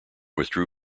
withdrew